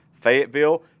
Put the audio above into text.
Fayetteville